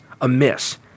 amiss